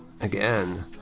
again